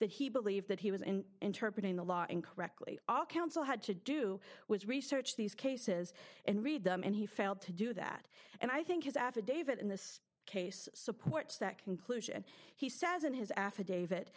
that he believed that he was in interpret the law incorrectly all counsel had to do was research these cases and read them and he failed to do that and i think his affidavit in this case supports that conclusion he says in his affidavit